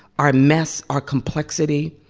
our mess, our complexity.